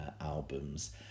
albums